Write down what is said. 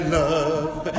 love